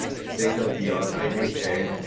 a state-of-the-art, i may say,